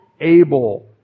able